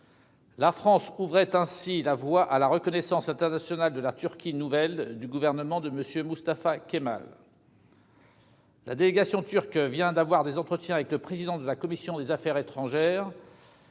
La France ouvrait ainsi la voie à la reconnaissance internationale de la Turquie nouvelle du Gouvernement de M. Mustafa Kemal. La délégation turque vient d'avoir des entretiens avec le président de la commission des affaires étrangères,